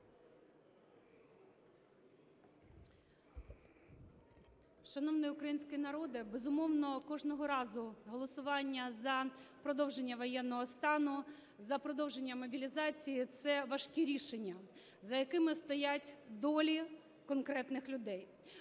Шановний український народе, безумовно, кожного разу голосування за продовження воєнного стану, за продовження мобілізації – це важкі рішення, за якими стоять долі конкретних людей.